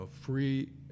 free